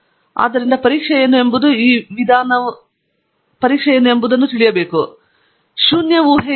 ಆದ್ದರಿಂದ ಪರೀಕ್ಷೆ ಏನು ಎಂಬುದು ಈ ವಿಧಾನವು ಪರಸ್ಪರರಲ್ಲಿ ಭಿನ್ನವಾಗಿಲ್ಲ ಅದು ಶೂನ್ಯ ಊಹೆಯಿರುತ್ತದೆ